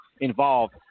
involved